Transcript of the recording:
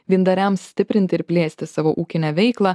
vyndariams stiprinti ir plėsti savo ūkinę veiklą